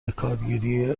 بکارگیری